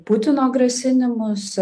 putino grasinimus